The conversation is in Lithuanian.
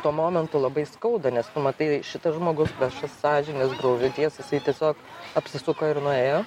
tuo momentu labai skauda nes pamatai šitas žmogus be sąžinės graužaties jisai tiesiog apsisuko ir nuėjo